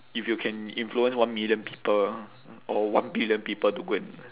if you can influence one million people or one billion people to go and